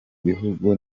bihugu